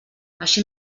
així